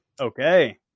Okay